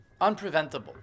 unpreventable